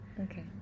okay